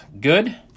good